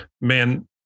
man